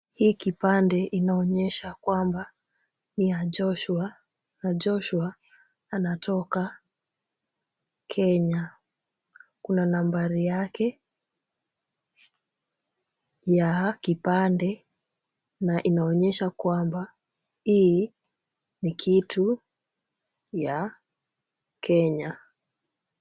Hii kipande inaonyesha kwamba ni ya Joshua na Joshua anatoka Kenya. Kuna nambari yake ya kipande na inaonyesha kwamba hii ni kitu ya Kenya.